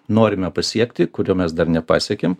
norime pasiekti kurio mes dar nepasiekėm